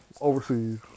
overseas